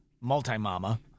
multi-mama